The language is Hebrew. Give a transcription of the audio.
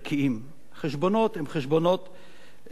חשבונות הם חשבונות פוליטיים,